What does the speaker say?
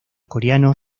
coreanos